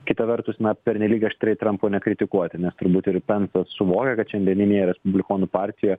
kita vertus na pernelyg aštriai trampo nekritikuoti nes turbūt ir spensas suvokia kad šiandieninėje respublikonų partijije